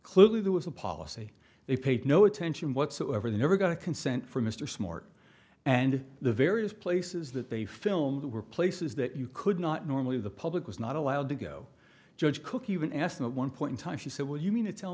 clearly there was a policy they paid no attention whatsoever they never got a consent from mr smart and the various places that they filmed were places that you could not normally the public was not allowed to go judge cook even estimate one point in time she said well you mean it tell